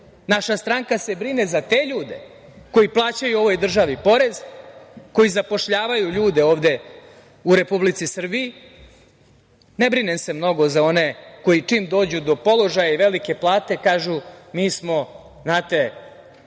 Naša stranka se brine za te ljude, koji plaćaju ovoj državi porez, koji zapošljavaju ljude u Republici Srbiji. Ne brinem se mnogo za one koji čim dođu do položaja i velike plate kažu – mi smo posebna